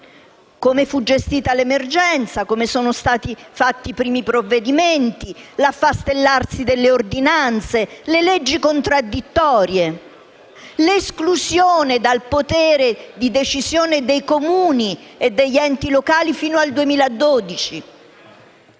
come fu gestita l'emergenza e su come sono stati fatti i primi provvedimenti. Ricordo l'affastellarsi delle ordinanze, le leggi contraddittorie e l'esclusione dal potere di decisione dei Comuni e degli enti locali fino al 2012.